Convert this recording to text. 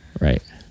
Right